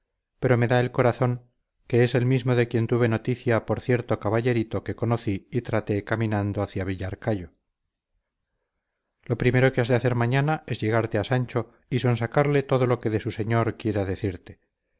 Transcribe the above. pero me da el corazón que es el mismo de quien tuve noticia por cierto caballerito que conocí y traté caminando hacia villarcayo lo primero que has de hacer mañana es llegarte a sancho y sonsacarle todo lo que de su señor quiera decirte